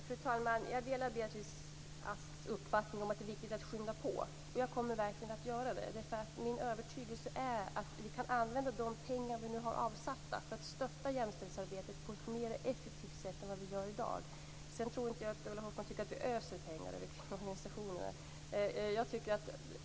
Fru talman! Jag delar Beatrice Asks uppfattning om att det är viktigt att skynda på. Jag kommer verkligen att göra det. Min övertygelse är att vi kan använda de pengar som vi har avsatt för att stötta jämställdhetsarbetet på ett mer effektivt sätt än i dag. Sedan tror jag inte att Ulla Hoffmann tycker att vi öser pengar över kvinnoorganisationer.